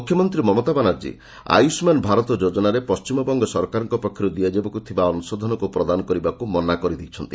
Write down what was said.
ମୁଖ୍ୟମନ୍ତ୍ରୀ ମମତା ବାନାର୍ଜୀ ଆୟୁଷ୍ମାନ ଭାରତ ଯୋଜନାରେ ପଣ୍ଟିମବଙ୍ଗ ସରକାରଙ୍କ ପକ୍ଷରୁ ଦିଆଯିବାକୁ ଥିବା ଅଂଶଧନକୁ ପ୍ରଦାନ କରିବାକୁ ମନା କରିଦେଇଛନ୍ତି